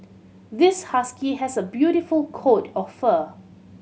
this husky has a beautiful coat of fur